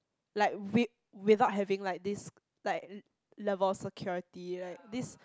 like with without having like this like level of security like this